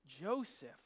Joseph